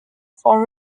for